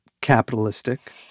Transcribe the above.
capitalistic